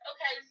Okay